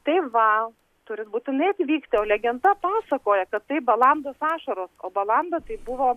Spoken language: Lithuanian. tai va turit būtinai atvykti o legenda pasakoja kad tai balandos ašaros o balanda tai buvo